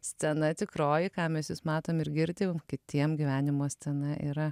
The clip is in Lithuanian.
scena tikroji ką mes jus matom ir girdim kitiem gyvenimo scena yra